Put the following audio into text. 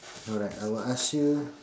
alright I will ask you